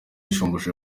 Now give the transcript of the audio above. shumbusho